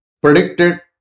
predicted